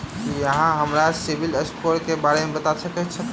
की अहाँ हमरा सिबिल स्कोर क बारे मे बता सकइत छथि?